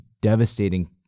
devastating